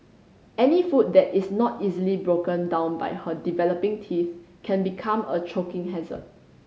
any food that is not easily broken down by her developing teeth can become a choking hazard